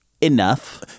Enough